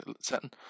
setting